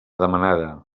demanada